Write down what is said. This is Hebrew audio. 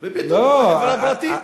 ופתאום, חברה פרטית.